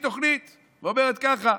עושה איזושהי תוכנית שאומרת ככה: